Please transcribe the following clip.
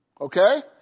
Okay